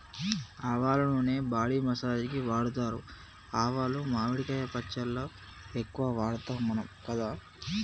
ఆవల నూనె body massage కి వాడుతారు ఆవాలు మామిడికాయ పచ్చళ్ళ ఎక్కువ వాడుతాం మనం కదా